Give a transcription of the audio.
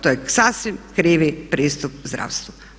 To je sasvim krivi pristup zdravstvu.